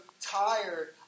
tired